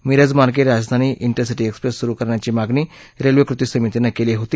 मिरजमार्गे राजधानी इस्तिसिटी एक्सप्रेस सुरू करण्याची मागणी रेल्वे कृती समितीने केली होती